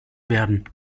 werden